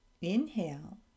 Inhale